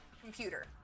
computer